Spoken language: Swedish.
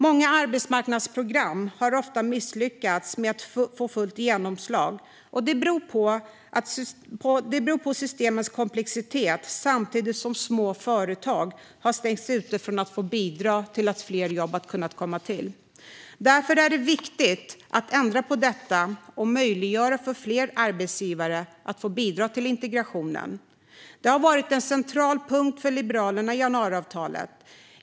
Många arbetsmarknadsprogram har misslyckats med att få fullt genomslag, beroende på systemens komplexitet, samtidigt som små företag har stängts ute från att bidra till att fler jobb kommer till. Därför är det viktigt att ändra på detta och möjliggöra för fler arbetsgivare att bidra till integrationen. Detta har varit en central punkt för Liberalerna i januariavtalet.